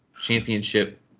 championship